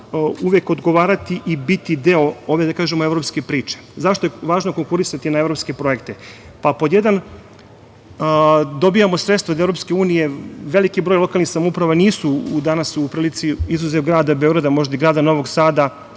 uvek odgovarati i biti deo, da kažem, ove evropske priče? Zašto je važno konkurisati na evropske projekte? Pa, pod jedan, dobijamo sredstva od EU, veliki broj lokalnih samouprava nisu danas u prilici, izuzev grada Beograda, možda i grada Novog Sada,